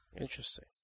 Interesting